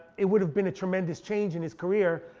it would have been a tremendous change in his career.